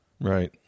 Right